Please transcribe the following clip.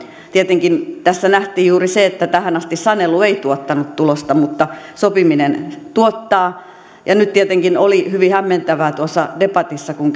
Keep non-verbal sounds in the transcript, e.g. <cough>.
tietenkin tässä nähtiin juuri se että tähän asti sanelu ei tuottanut tulosta mutta sopiminen tuottaa nyt tietenkin oli hyvin hämmentävää debatissa kun <unintelligible>